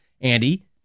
Andy